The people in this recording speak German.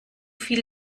viel